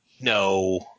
no